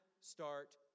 start